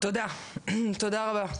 תודה רבה,